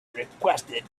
requested